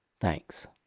Thanks